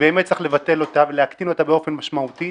שבאמת צריך לבטל אותה ולהקטין אותה באופן משמעותי,